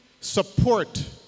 support